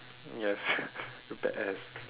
yes you badass